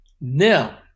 Now